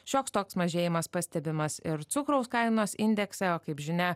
šioks toks mažėjimas pastebimas ir cukraus kainos indekse o kaip žinia